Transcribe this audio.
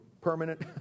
permanent